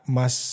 mas